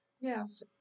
Yes